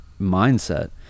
mindset